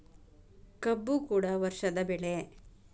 ಕಬ್ಬು ಕೂಡ ವರ್ಷದ ಬೆಳೆ